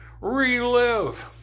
relive